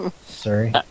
Sorry